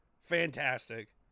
fantastic